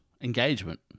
engagement